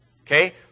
okay